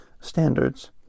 standards